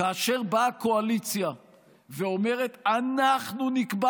כאשר באה קואליציה ואומרת: אנחנו נקבע